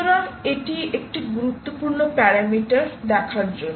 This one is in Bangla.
সুতরাং এটি এটি একটি গুরুত্বপূর্ণ প্যারামিটার দেখার জন্য